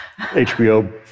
HBO